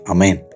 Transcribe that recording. Amen